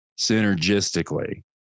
synergistically